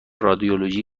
رادیولوژی